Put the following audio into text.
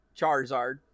charizard